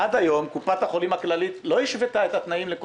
הקופות האחרות כן מאפשרות לרכוש מרשמים.